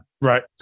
Right